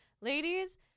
ladies